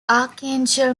archangel